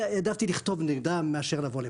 העדפתי לכתוב נגדם מאשר לבוא לפה.